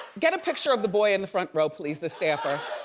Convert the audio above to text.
get a picture of the boy in the front row, please, the staffer,